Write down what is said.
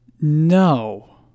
No